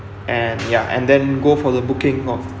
and ya and then go for the booking of